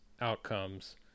outcomes